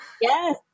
Yes